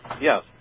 Yes